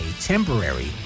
temporary